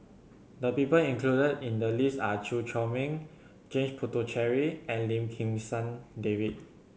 the people included in the list are Chew Chor Meng James Puthucheary and Lim Kim San David